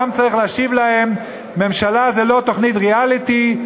העם צריך להשיב להם: ממשלה זה לא תוכנית ריאליטי,